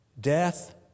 Death